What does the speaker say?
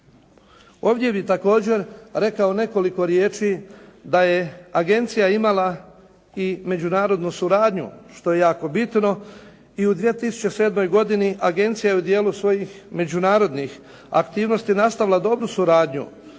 Ovdje bih također rekao nekoliko riječi da je agencija imala i međunarodnu suradnju što je jako bitno i u 2007. godini agencija je u dijelu svojih međunarodnih aktivnosti nastavila dobru suradnju